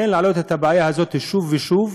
להעלות את הבעיה הזאת שוב ושוב,